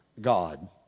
God